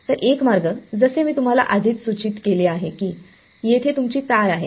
तर एक मार्ग जसे मी तुम्हाला आधीच सूचित केले आहे की येथे तुमची तार आहे